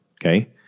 Okay